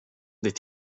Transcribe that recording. des